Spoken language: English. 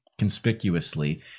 Conspicuously